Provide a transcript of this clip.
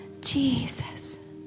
Jesus